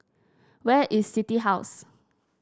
where is City House